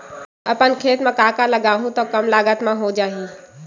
अपन खेत म का का उगांहु त कम लागत म हो जाही?